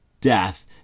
death